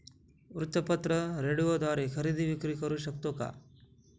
वृत्तपत्र, रेडिओद्वारे खरेदी विक्री करु शकतो का?